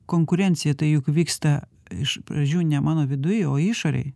konkurencija tai juk vyksta iš pradžių ne mano viduj o išorėj